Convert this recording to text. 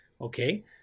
Okay